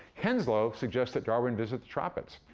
henslow suggests that darwin visit the tropics.